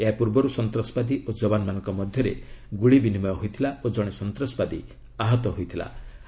ଏହାପୂର୍ବରୁ ସନ୍ତାସବାଦୀ ଓ ଯବାନମାନଙ୍କ ମଧ୍ୟରେ ଗୁଳି ବିନିମୟ ହୋଇଥିଲା ଓ ଜଣେ ସନ୍ତାସବାଦୀ ଆହତ ହୋଇଥିବାର ଜଣାପଡ଼ିଛି